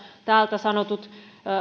täältä sanotut